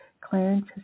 Clarence